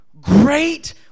great